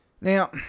Now